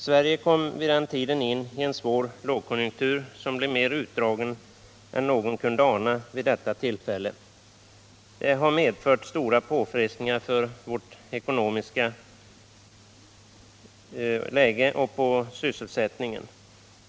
Sverige kom vid den tiden in i en svår lågkonjunktur, som blev mera utdragen än någon kunde ana vid detta tillfälle. Det har medfört stora påfrestningar på vårt ekonomiska läge och på sysselsättningen.